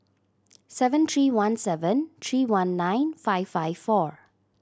seven three one seven three one nine five five four